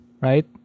right